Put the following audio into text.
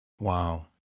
Wow